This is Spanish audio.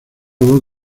voz